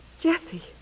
Jessie